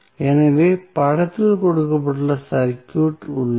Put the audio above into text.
எனவே படத்தில் கொடுக்கப்பட்ட சர்க்யூட் உள்ளது